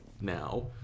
now